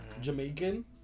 Jamaican